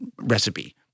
recipe